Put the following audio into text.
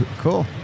cool